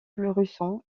fluorescent